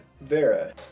Vera